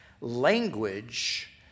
language